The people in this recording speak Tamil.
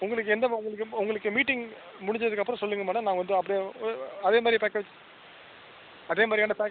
உங்களுக்கு எந்த உங்களுக்கு உங்களுக்கு மீட்டிங் முடிஞ்சதுக்குகப்புறம் சொல்லுங்கள் மேடம் நான் வந்து அப்படியே அதே மாரி அதே மாதிரியான பே